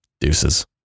deuces